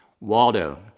Waldo